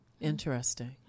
Interesting